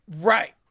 Right